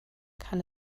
kann